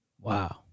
Wow